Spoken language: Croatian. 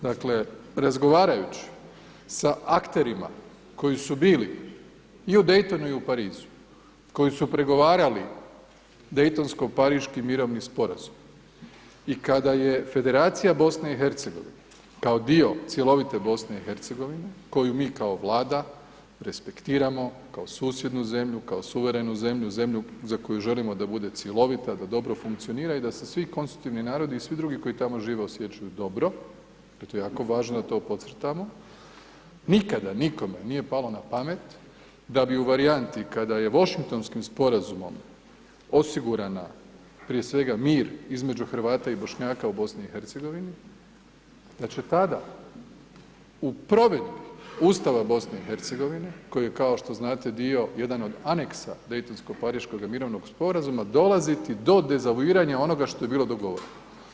Dakle razgovarajući sa akterima koji su bili i u Daytonu i u Parizu, koji su pregovarali daytonsko-pariški mirovini sporazum i kada je Federacija BiH-a kao dio cjelovite BiH-a koju mi kao Vlada respektiramo, kao susjednu zemlju, kao suverenu zemlju, zemlju za koju želimo da bude cjelovita, da dobro funkcionira i da se svi konstitutivni narodi i svi drugi koji tamo žive osjećaju dobro i to je jako važno da to podcrtamo, nikada nikome nije palo na pamet da bi varijanti kada Washingtonskim sporazumom osigurana prije svega mir između Hrvata i Bošnjaka u BiH-u, da će tada u provedbi Ustava BiH-a koji je kao što znate dio jedan od aneksa daytonsko-pariškoga mirovnog sporazuma, dolaziti do dezavuiranja onog što je bilo dogovoreno.